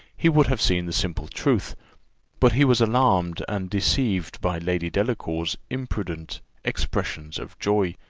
he would have seen the simple truth but he was alarmed and deceived by lady delacour's imprudent expressions of joy,